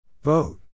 Vote